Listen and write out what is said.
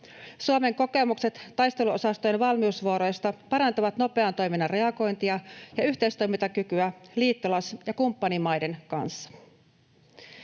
Suomen kokemukset taisteluosastojen valmiusvuoroista parantavat nopean toiminnan reagointia ja yhteistoimintakykyä liittolais- ja kumppanimaiden kanssa.